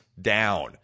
down